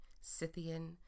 Scythian